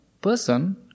person